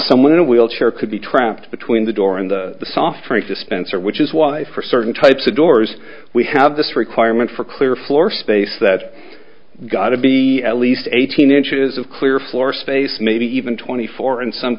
someone in a wheelchair could be trapped between the door and the soft drink dispenser which is why for certain types of doors we have this requirement for clear floor space that got to be at least eighteen inches of clear floor space maybe even twenty four in some